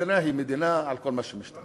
מדינה היא מדינה על כל מה שמשתמע,